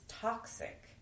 toxic